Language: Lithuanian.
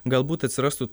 galbūt atsirastų